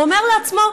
הוא אומר לעצמו: